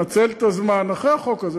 נצל את הזמן אחרי החוק הזה.